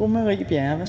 Marie Bjerre (V):